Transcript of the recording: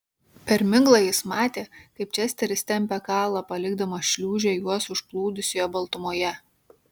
per miglą jis matė kaip česteris tempia kalą palikdamas šliūžę juos užplūdusioje baltumoje